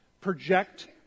project